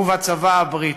ובצבא הבריטי.